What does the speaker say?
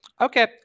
Okay